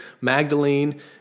Magdalene